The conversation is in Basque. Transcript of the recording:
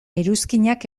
iruzkinak